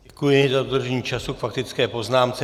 Děkuji za dodržení času k faktické poznámce.